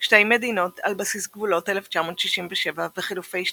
שתי מדינות על בסיס גבולות 1967 וחילופי שטחים,